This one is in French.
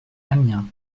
amiens